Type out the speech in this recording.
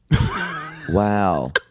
Wow